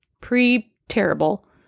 pre-terrible